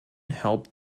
helped